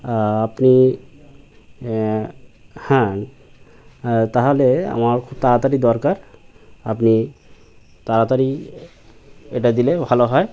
আপনি হ্যাঁ তাহলে আমার খুব তাড়াতাড়ি দরকার আপনি তাড়াতাড়ি এটা দিলে ভালো হয়